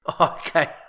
Okay